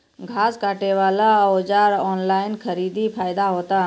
घास काटे बला औजार ऑनलाइन खरीदी फायदा होता?